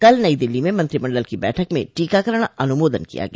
कल नई दिल्ली में मंत्रिमंडल की बैठक में टीकाकरण अनुमोदन किया गया